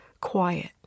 quiet